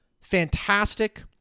Fantastic